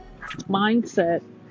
mindset